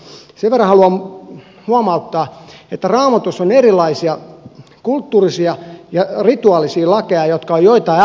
mutta sen verran haluan huomauttaa että raamatussa on erilaisia kulttuurisia ja rituaalisia lakeja jotka ovat joitain aikakausia varten